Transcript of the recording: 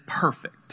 perfect